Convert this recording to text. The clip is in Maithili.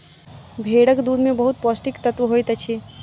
भेड़क दूध में बहुत पौष्टिक तत्व होइत अछि